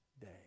day